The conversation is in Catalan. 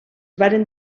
varen